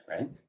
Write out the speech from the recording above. right